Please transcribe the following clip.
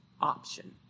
option